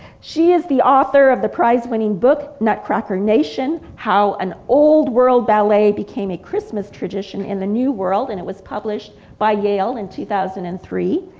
she is the author of the prize-winning book nutcracker nation how an old world ballet became a christmas tradition in the new world and it was published by yale in two thousand and three.